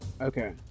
Okay